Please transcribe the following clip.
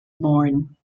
born